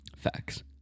Facts